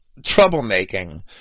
troublemaking